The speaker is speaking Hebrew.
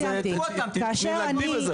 אז צריך להגיד את זה.